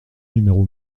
numéro